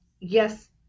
yes